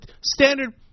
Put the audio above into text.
standard